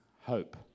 hope